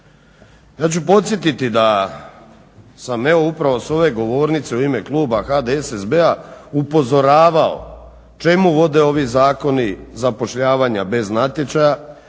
Ja ću podsjetiti da sam evo upravo sa ove govornice u ime kluba HDSSB-a upozoravao čemu vode ovi zakoni zapošljavanja bez natječaja,